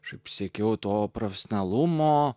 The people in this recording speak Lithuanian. šiaip sekioto profesionalumo